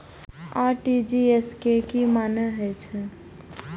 RTGS के की मानें हे छे?